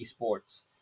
esports